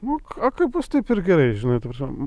nu a kaip bus taip ir gerai žinai ta prasme